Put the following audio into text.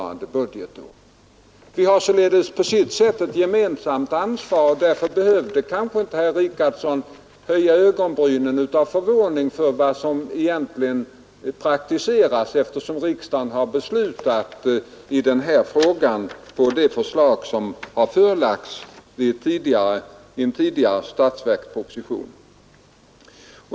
Vi har således på sätt och vis ett gemensamt ansvar. Därför behövde kanske inte herr Richardson höja ögonbrynen av förvåning över vad som gäller. Riksdagen har beslutat i den här frågan med anledning av förslag som framlagts i fjolårets statsverksproposition.